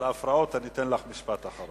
ההפרעות אני אתן לך משפט אחרון.